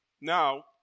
Now